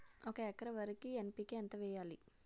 ఒక ఎకర వరికి ఎన్.పి కే ఎంత వేయాలి?